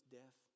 death